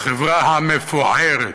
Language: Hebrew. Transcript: החברה "המפוערת".